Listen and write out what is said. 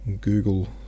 Google